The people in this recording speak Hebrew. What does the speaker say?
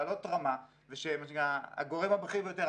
לעלות רמה ושהגורם הבכיר ביותר,